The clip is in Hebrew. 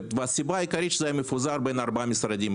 והסיבה העיקרית לכך הייתה שזה היה מפוזר בין ארבעה משרדים,